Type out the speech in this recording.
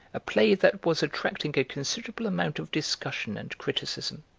a play that was attracting a considerable amount of discussion and criticism.